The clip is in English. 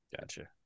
Gotcha